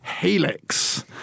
Helix